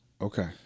Okay